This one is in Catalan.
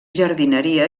jardineria